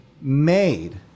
made